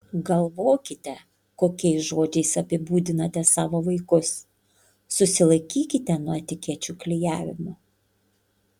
galvokite kokiais žodžiais apibūdinate savo vaikus susilaikykite nuo etikečių klijavimo